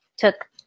took